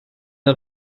der